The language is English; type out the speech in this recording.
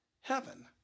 heaven